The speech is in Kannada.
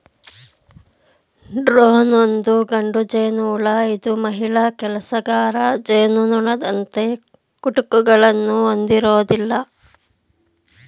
ಡ್ರೋನ್ ಒಂದು ಗಂಡು ಜೇನುಹುಳು ಇದು ಮಹಿಳಾ ಕೆಲಸಗಾರ ಜೇನುನೊಣದಂತೆ ಕುಟುಕುಗಳನ್ನು ಹೊಂದಿರೋದಿಲ್ಲ